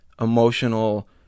emotional